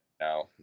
Now